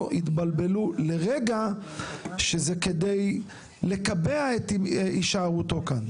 יתבלבלו לרגע שזה כדי לקבע את הישארותו כאן.